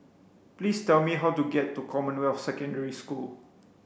please tell me how to get to Commonwealth Secondary School